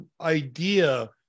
idea